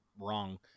wrong